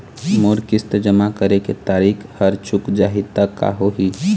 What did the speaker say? मोर किस्त जमा करे के तारीक हर चूक जाही ता का होही?